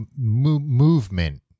movement